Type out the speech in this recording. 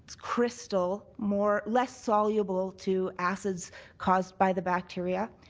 crystal more less soluble to acids caused by the bacteria.